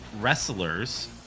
wrestlers